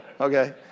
Okay